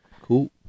Cool